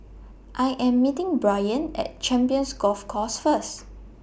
I Am meeting Brayan At Champions Golf Course First